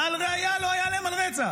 בדל ראיה לא היה להם על רצח.